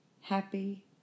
happy